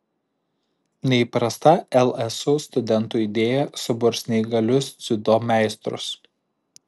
neįprasta lsu studentų idėja suburs neįgalius dziudo meistrus